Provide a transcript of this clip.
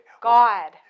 god